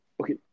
Okay